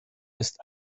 ist